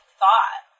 thought